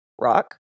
rock